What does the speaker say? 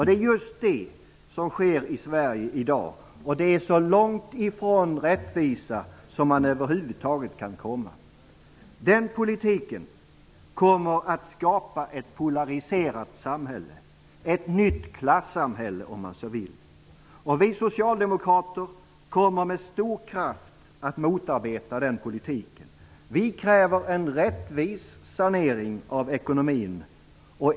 Det är just detta som sker i Sverige i dag, och det är så långt ifrån rättvisa som man över huvud taget kan komma. Den politiken kommer att skapa ett polariserat samhälle, ett nytt klassamhälle, om man så vill. Vi socialdemokrater kommer med stor kraft att motarbeta den politiken. Vi kräver en rättvis sanering av ekonomin.